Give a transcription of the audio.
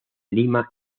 lima